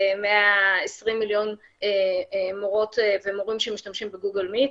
מ-20 מיליון המורות והמורים שמשתמשים בגוגל מיט,